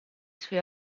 suoi